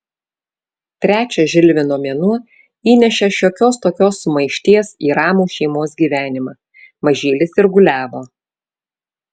trečias žilvino mėnuo įnešė šiokios tokios sumaišties į ramų šeimos gyvenimą mažylis sirguliavo